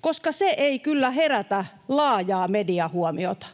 koska se ei kyllä herätä laajaa mediahuomiota.